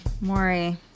Maury